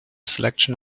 selection